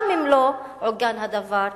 גם אם לא עוגן הדבר בחקיקה.